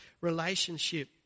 relationship